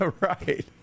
right